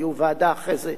היתה ועדה אחרי זה,